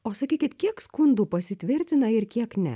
o sakykit kiek skundų pasitvirtina ir kiek ne